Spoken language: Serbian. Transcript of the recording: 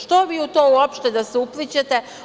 Što vi u to uopšte da se uplićete?